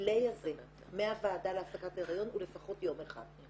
הדיליי הזה מהוועדה להפסקת היריון הוא לפחות יום אחד.